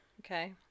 okay